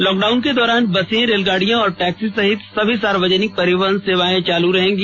lockdown के दौरान बसें रेलगाड़ियां और टैक्सी सहित सभी सार्वजनिक परिवहन सेवाएं चालू रहेंगी